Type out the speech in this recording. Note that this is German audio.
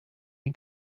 den